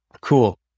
cool